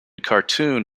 cartoon